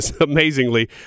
amazingly